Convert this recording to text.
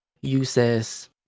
uses